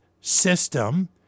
system